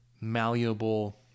malleable